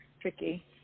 tricky